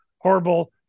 horrible